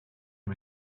him